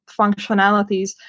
functionalities